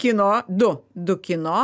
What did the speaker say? kino du du kino